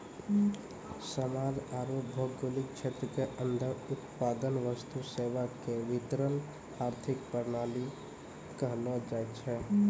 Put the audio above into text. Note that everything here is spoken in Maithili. समाज आरू भौगोलिक क्षेत्र के अन्दर उत्पादन वस्तु सेवा के वितरण आर्थिक प्रणाली कहलो जायछै